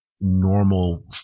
normal